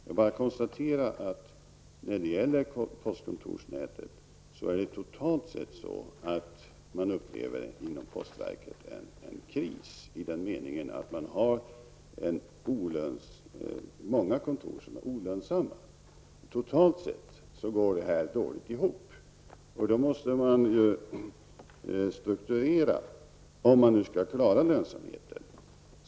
Jag konstaterar bara att man när det gäller postkontorsnätet totalt sett inom postverket känner sig vara i en kris, i den meningen att man har många olönsamma kontor. Totalt sett går det här dåligt ihop. Om man skall klara lönsamheten måste man strukturera om.